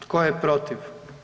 Tko je protiv?